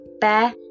Bear